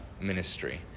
ministry